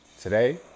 Today